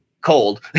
cold